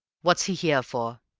what's he here for?